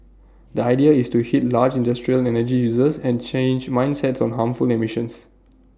the idea is to hit large industrial energy users and change mindsets on harmful emissions